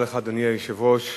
אדוני היושב-ראש,